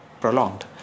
prolonged